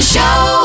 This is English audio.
Show